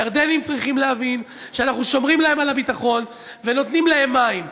הירדנים צריכים להבין שאנחנו שומרים להם על הביטחון ונותנים להם מים.